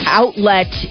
outlet